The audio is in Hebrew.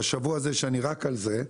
בשבוע הזה שאני רק על זה,